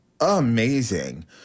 amazing